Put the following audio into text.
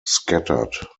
scattered